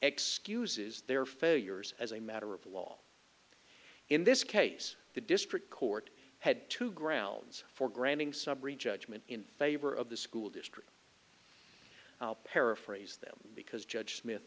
excuses their failures as a matter of law in this case the district court had two grounds for granting summary judgment in favor of the school district paraphrase them because judge smith